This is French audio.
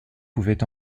pouvait